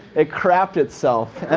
it crapped itself.